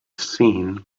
seen